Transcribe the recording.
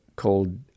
called